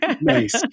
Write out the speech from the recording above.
Nice